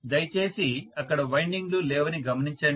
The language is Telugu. దయచేసి అక్కడ వైండింగ్ లు లేవని గమనించండి